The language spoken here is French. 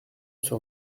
sur